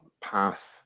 path